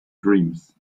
dreams